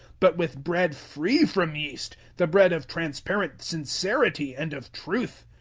but with bread free from yeast the bread of transparent sincerity and of truth.